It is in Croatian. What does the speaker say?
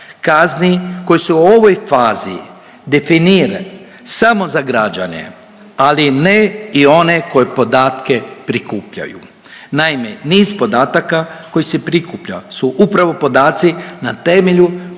kazni koje se u ovoj fazi definiraju samo za građane, ali ne i one koji podatke prikupljaju. Naime, niz podataka koji se prikuplja su upravo podaci na temelju